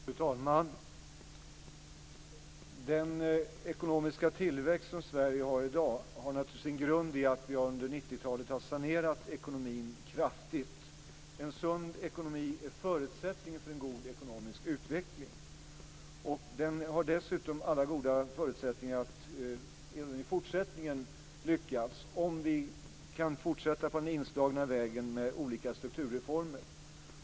Fru talman! Den ekonomiska tillväxt som Sverige har i dag har naturligtvis sin grund i att vi under 90 talet kraftigt har sanerat ekonomin. En sund ekonomi är förutsättningen för en god ekonomisk utveckling. Den har dessutom alla förutsättningar att lyckas även i fortsättningen, om vi kan fortsätta på den inslagna vägen med olika strukturreformer.